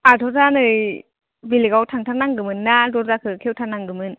आहाथ' दा नै बेलेखआव थांथार नांगौमोन्ना दरजाखौ खेवथार नांगौमोन